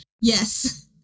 Yes